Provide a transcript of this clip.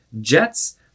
Jets